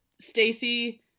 Stacey